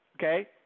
okay